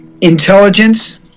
Intelligence